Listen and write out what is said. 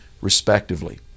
respectively